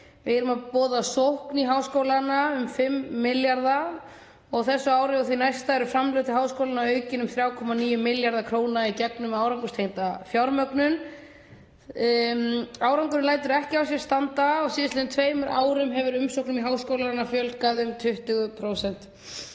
Við erum að boða sókn á sviði háskóla um 5 milljarða og á þessu ári og því næsta eru framlög til háskólanna aukin um 3,9 milljarða kr. í gegnum árangurstengda fjármögnun. Árangurinn lætur ekki á sér standa. Á síðastliðnum tveimur árum hefur umsóknum í háskólana fjölgað um 20%.